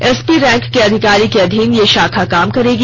SP rank के अधिकारी के अधीन ये शाखा काम करेगी